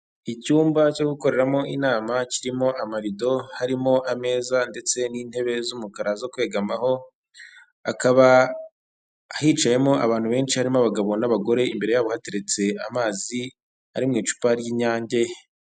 Icyumba cyo gukoreramo inama kirimo amarido harimo ameza ndetse n'intebe z'umukara zo kwegamaho. Akaba hicayemo abantu benshi harimo abagabo n'abagore, imbere yabo hateretse amazi ari mu icupa ry'inyange.